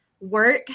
work